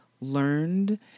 learned